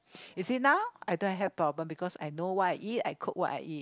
you see now I don't have health problem because I know what I eat I cook what I eat